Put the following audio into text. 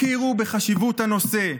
הכירו בחשיבות הנושא.